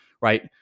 right